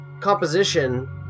composition